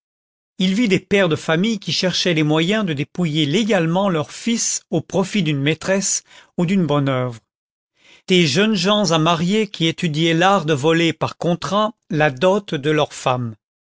il vit des pères de famille qui cherchaient les moyens de dépouiller légalement leurs fils au profit d'une maîtresse ou d'une bonne œuvre des jeunes gens à marier qui étudiaient l'art de voler par contrat la dot de leur femme